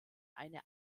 eine